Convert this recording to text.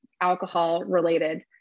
alcohol-related